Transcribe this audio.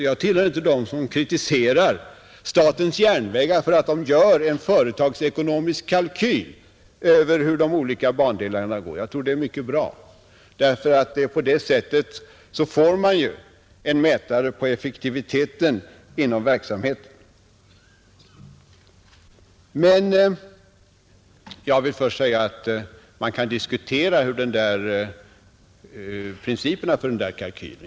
Jag tillhör inte dem som kritiserar statens järnvägar för att man gör en företagsekonomisk kalkyl för de olika bandelarna, Jag tror att det är mycket bra, därför att på det sättet får man en mätare på effektiviteten inom verksamheten. Jag vill emellertid säga att principerna för dessa kalkyler kan diskuteras.